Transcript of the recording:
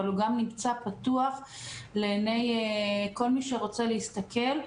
הוא גם נמצא פתוח לעיני כל מי שמעוניין להסתכל,